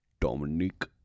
Dominic